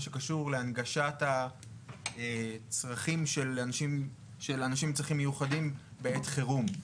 שקשור להנגשת הצרכים של אנשים עם צרכים מיוחדים בעת חירום.